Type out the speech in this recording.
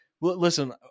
listen